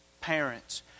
parents